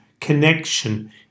connection